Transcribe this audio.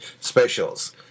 Specials